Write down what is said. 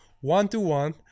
one-to-one